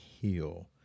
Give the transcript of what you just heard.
heal